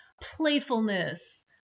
playfulness